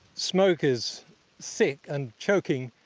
smoke is thick and choking.